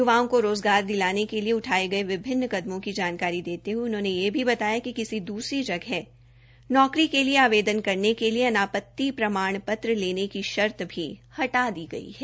य्वाओं का रोज़गार दिलाने के लिए उठाये गये विभिन्न कदमों की जानकारी देते हये उन्होंने यह भी बताया कि किसी दूसरी जगह नौकरी के लिए आवेदन करने के लिए अनापति प्रमाण पत्र लेने की शर्त भी हटा दी गई है